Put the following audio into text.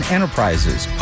Enterprises